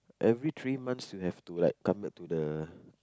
every three months you have to like come back to the